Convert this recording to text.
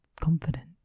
confident